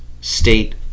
state